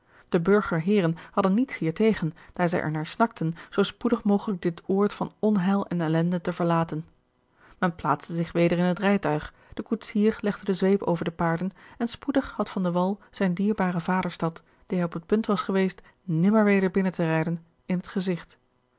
de burgerheeren hadden niets hier tegen daar zij er naar snakten zoo spoedig mogelijk dit oord van onheil en ellende george een ongeluksvogel te verlaten men plaatste zich weder in het rijtuig de koetsier legde de zweep over de paarden en spoedig had van de wall zijne dierbare vaderstad die hij op het punt was geweest nimmer weder binnen te rijden in het gezigt